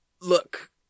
look